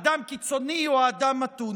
אדם קיצוני או אדם מתון?